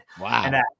Wow